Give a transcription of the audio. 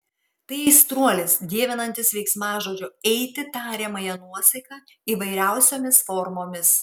tai aistruolis dievinantis veiksmažodžio eiti tariamąją nuosaką įvairiausiomis formomis